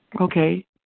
Okay